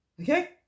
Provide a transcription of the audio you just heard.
Okay